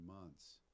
months